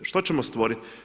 Što ćemo stvoriti?